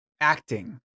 acting